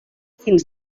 fins